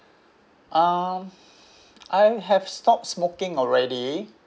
uh I have stopped smoking already